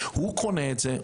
הוא קונה את זה,